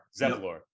zevlor